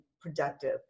productive